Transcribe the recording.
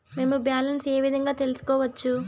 మేము బ్యాలెన్స్ ఏ విధంగా తెలుసుకోవచ్చు?